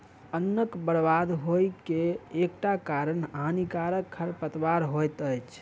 अन्नक बर्बाद होइ के एकटा कारण हानिकारक खरपात होइत अछि